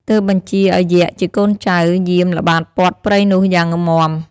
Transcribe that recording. ទើបបញ្ជាឲ្យយក្ខជាកូនចៅ យាមល្បាតព័ទ្ធព្រៃនោះយ៉ាងមាំ។